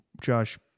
Josh